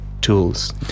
tools